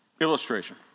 illustration